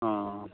ᱚ